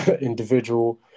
individual